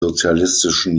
sozialistischen